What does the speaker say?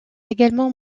également